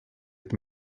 être